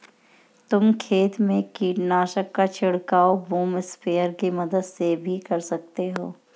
तुम खेत में कीटनाशक का छिड़काव बूम स्प्रेयर की मदद से भी कर सकते हो